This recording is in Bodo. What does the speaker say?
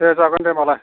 दे जागोन दे होनबालाय